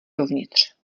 dovnitř